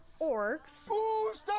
orcs